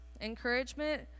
Encouragement